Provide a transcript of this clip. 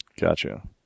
Gotcha